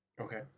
Okay